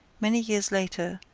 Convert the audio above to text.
many years later,